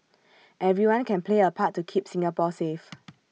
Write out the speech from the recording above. everyone can play A part to keep Singapore safe